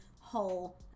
whole